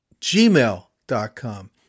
gmail.com